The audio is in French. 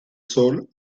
sols